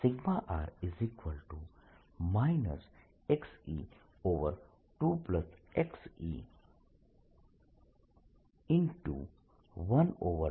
તેથી r e2e12πqdr2d232 થશે